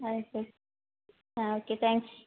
ಆಯಿತು ಹಾಂ okay thanks